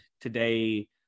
today